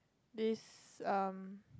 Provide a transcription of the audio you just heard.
this um